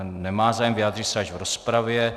Nemá zájem, vyjádří se až v rozpravě.